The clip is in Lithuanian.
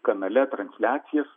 kanale transliacijas